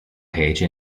page